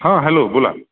हां हॅलो बोला